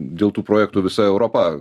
dėl tų projektų visa europa